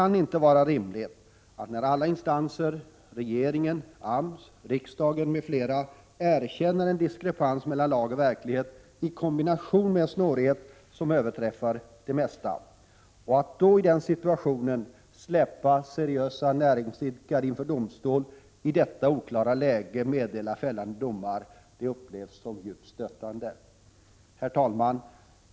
När alla instanser — regeringen, AMS, riksdagen m.fl. — erkänner att det föreligger en diskrepans mellan lag och verklighet och en snårighet som överträffar det mesta, kan det inte vara rimligt att släpa seriösa näringsidkare inför domstol och i detta oklara läge meddela fällande domar. Detta är stötande! Herr talman!